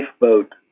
lifeboat